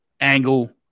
Angle